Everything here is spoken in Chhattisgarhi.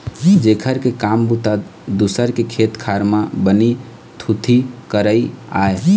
जेखर के काम बूता दूसर के खेत खार म बनी भूथी करई आय